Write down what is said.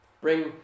Bring